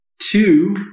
Two